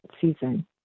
season